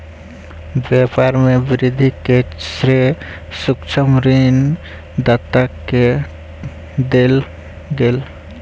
व्यापार में वृद्धि के श्रेय सूक्ष्म ऋण दाता के देल गेल